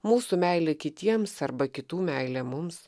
mūsų meilė kitiems arba kitų meilė mums